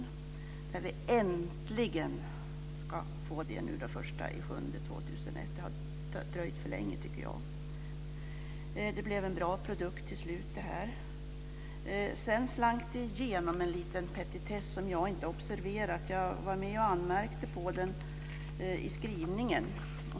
Vi ska äntligen få det här den 1 juli 2001. Det har dröjt för länge, tycker jag. Det blev en bra produkt till slut. Sedan slank det igenom en petitess som jag inte observerat. Jag var med och anmärkte på det i skrivningen.